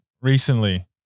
recently